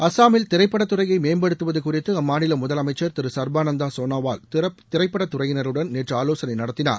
அஸ்ஸாமில் திரைப்படத்துறையை மேம்படுத்துவது குறித்து அம்மாநில முதலமைச்சர் திரு சர்பானந்தா சோனாவால் திரைத்துறையினருடன் நேற்று ஆலோசனை நடத்தினார்